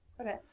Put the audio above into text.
okay